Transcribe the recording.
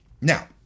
Now